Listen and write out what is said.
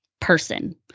person